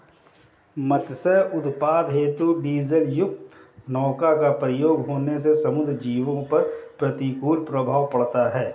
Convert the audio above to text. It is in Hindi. मत्स्य उत्पादन हेतु डीजलयुक्त नौका का प्रयोग होने से समुद्री जीवों पर प्रतिकूल प्रभाव पड़ता है